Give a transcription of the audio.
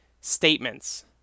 statements